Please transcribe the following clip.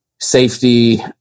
Safety